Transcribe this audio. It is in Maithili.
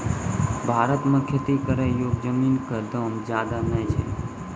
भारत मॅ खेती करै योग्य जमीन कॅ दाम ज्यादा नय छै